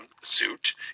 suit